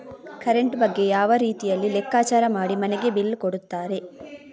Current ಬಗ್ಗೆ ಯಾವ ರೀತಿಯಲ್ಲಿ ಲೆಕ್ಕಚಾರ ಮಾಡಿ ಮನೆಗೆ ಬಿಲ್ ಕೊಡುತ್ತಾರೆ?